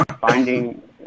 finding